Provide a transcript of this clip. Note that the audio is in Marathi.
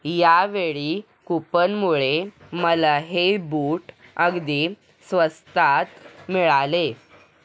यावेळी कूपनमुळे मला हे बूट अगदी स्वस्तात मिळाले